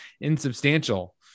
insubstantial